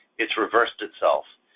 it's reversed itself.